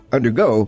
undergo